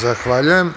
Zahvaljujem.